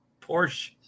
Porsche